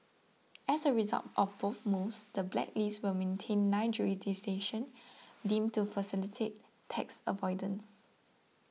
as a result of both moves the blacklist would maintain nine jurisdictions deemed to facilitate tax avoidance